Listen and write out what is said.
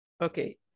Okay